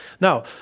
Now